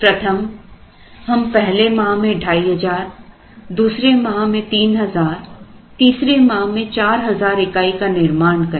प्रथम हम पहले माह में 2500 दूसरे माह में 3000 तीसरे माह में 4000 इकाई का निर्माण करें